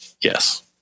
Yes